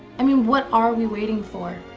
i mean, what are we waiting for?